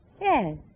Yes